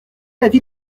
l’avis